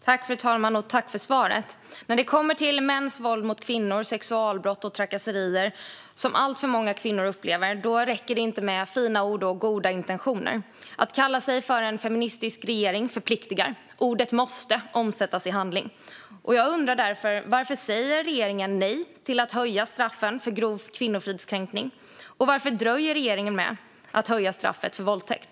Fru talman! Jag tackar statsrådet för svaret. När det kommer till mäns våld mot kvinnor, sexualbrott och trakasserier, något som alltför många kvinnor upplever, räcker det inte med fina ord och goda intentioner. Att kalla sig en feministisk regering förpliktar. Ordet måste omsättas i handling. Jag undrar därför: Varför säger regeringen nej till att höja straffen för grov kvinnofridskränkning? Och varför dröjer regeringen med att höja straffet för våldtäkt?